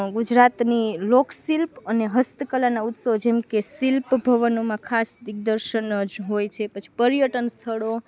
ગુજરાતની લોકશિલ્પ અને હસ્તકળાનાં ઉત્સવ જેમ કે શિલ્પ ભવનોમાં ખાસ દિગ્દર્શન જ હોય છે પછી પર્યટન સ્થળો